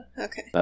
Okay